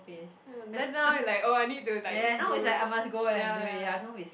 then now is like oh I need to like um do ya ya ya